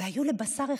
והיו לבשר אחד,